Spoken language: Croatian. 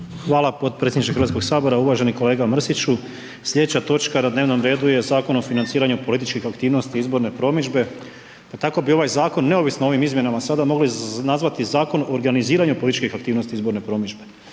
Hvala potpredsjedniče Hrvatskog sabora, uvaženi kolega Mrsiću, sljedeća točka na dnevnom redu je Zakon o financiraju političke aktivnosti izborne promidžbe. Pa tako bi ovaj zakon, neovisno o ovim izmjenama sada mogli nazvati Zakon o organiziranju političke aktivnosti izborne promidžbe,